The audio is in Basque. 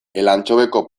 elantxobeko